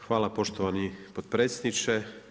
Hvala poštovani podpredsjedniče.